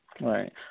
Right